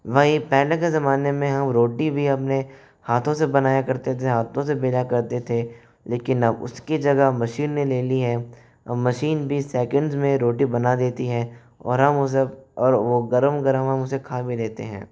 वहीं पहले के ज़माने में हम रोटी भी अपने हाथों से बनाया करते थे हाथों से बेला करते थे लेकिन अब उसकी जगह मशीन ने ले ली है और मशीन भी सेकिंड्स में रोटी बना देती है और हम उसे अब और वो गर्म गर्म हम उसे खा भी लेते हैं